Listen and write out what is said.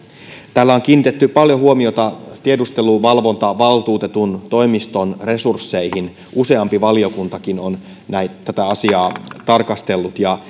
täällä on kiinnitetty paljon huomiota tiedusteluvalvontavaltuutetun toimiston resursseihin useampi valiokuntakin on tätä asiaa tarkastellut ja